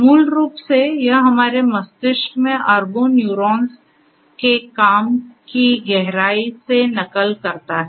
मूल रूप से यह हमारे मस्तिष्क में अरबों न्यूरॉन्स के काम की गहराई से नकल करता है